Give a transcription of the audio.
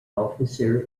officer